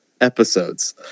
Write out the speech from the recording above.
episodes